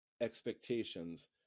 expectations